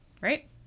Right